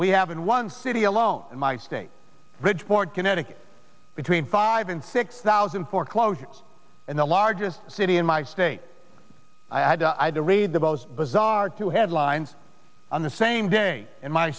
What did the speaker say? we have in one city alone in my state bridgeport connecticut between five and six thousand foreclosures in the largest city in my state i had the raid the most bizarre two headlines on the same day in my